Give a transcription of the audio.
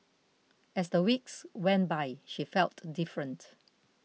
as the weeks went by she felt different